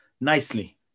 nicely